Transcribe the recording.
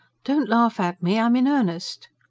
don't laugh at me. i'm in earnest.